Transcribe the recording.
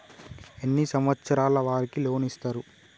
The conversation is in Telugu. ఎన్ని సంవత్సరాల వారికి లోన్ ఇస్తరు?